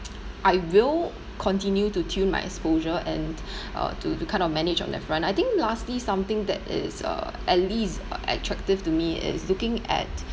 I will continue to tune my exposure and uh to to kind of manage on their front I think lastly something that is uh at least attractive to me is looking at